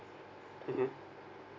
mmhmm